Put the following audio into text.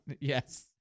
Yes